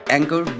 Anchor